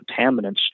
contaminants